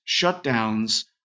shutdowns